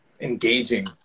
engaging